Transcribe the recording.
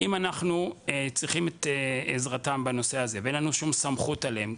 אם אנחנו צריכים את עזרתם בנושא הזה ואין לנו שום סמכות עליהם,